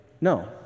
No